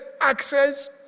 access